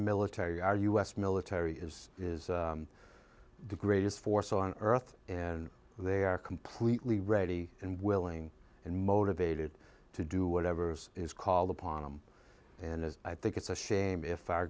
military our u s military is the greatest force on earth and they are completely ready and willing and motivated to do whatever is called upon him and i think it's a shame if our